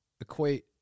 equate